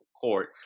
court